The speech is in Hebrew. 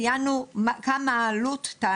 ציינו כמה תהיה העלות.